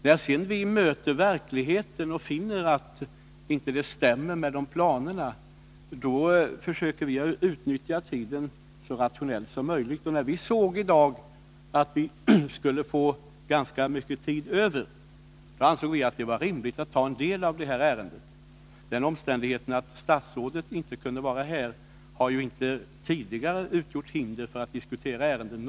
När vi sedan möter verkligheten och finner att den inte stämmer med planerna, då försöker vi utnyttja tiden så rationellt som möjligt. När vi i dag såg att vi skulle få ganska mycket tid över ansåg vi att det var rimligt att en del av debatten om det här ärendet skulle föras i dag. Den omständigheten att statsrådet inte kunnat vara närvarande har inte tidigare utgjort hinder för att diskutera ärenden.